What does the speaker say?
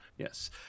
Yes